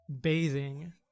bathing